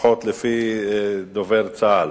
לפחות לפי דובר צה"ל.